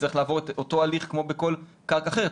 נצטרך לעבור את אותו הליך כמו בכל קרקע אחרת,